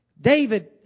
David